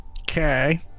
Okay